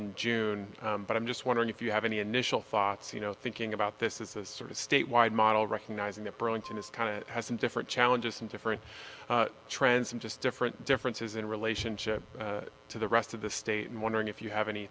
in june but i'm just wondering if you have any initial thoughts you know thinking about this is a sort of statewide model recognizing that burlington is kind of has and different challenges and different trends and just different differences in relationship to the rest of the state and wondering if you have any